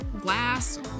glass